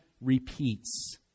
repeats